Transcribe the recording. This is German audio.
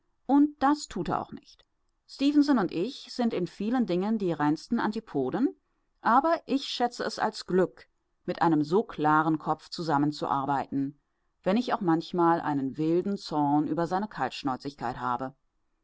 und das tut er auch nicht stefenson und ich sind in vielen dingen die reinsten antipoden aber ich schätze es als glück mit einem so klaren kopf zusammen zu arbeiten wenn ich auch manchmal einen wilden zorn über seine kaltschnäuzigkeit habe